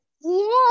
Yes